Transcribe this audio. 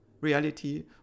reality